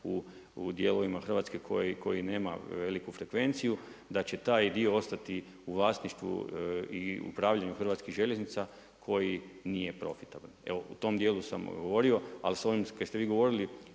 u dijelovima Hrvatske koji nema veliku frekvenciju da će taj dio ostati u vlasništvu i u upravljanju Hrvatskih željeznica koji nije profitabilan. Evo o tom dijelu sam govorio. Ali sa ovim što ste vi govorili